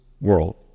world